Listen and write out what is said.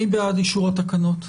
מי בעד אישור התקנות?